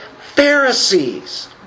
Pharisees